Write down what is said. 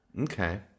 Okay